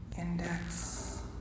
Index